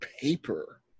paper